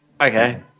Okay